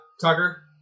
Tucker